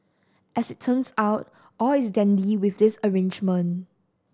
as it turns out all is dandy with this arrangement